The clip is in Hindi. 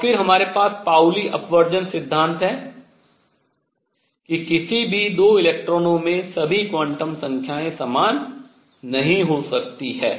और फिर हमारे पास पाउली अपवर्जन सिद्धांत है कि किसी भी 2 इलेक्ट्रॉनों में सभी क्वांटम संख्याएँ समान नहीं हो सकती हैं